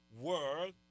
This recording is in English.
world